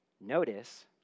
Notice